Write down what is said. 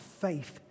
faith